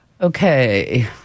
okay